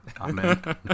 Amen